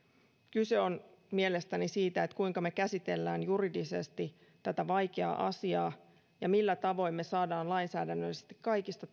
kyse on mielestäni siitä kuinka me käsittelemme juridisesti tätä vaikeaa asiaa ja millä tavoin me saamme lainsäädännöllisesti kaikista